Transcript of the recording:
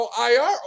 IR